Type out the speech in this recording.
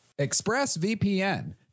ExpressVPN